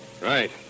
Right